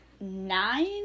nine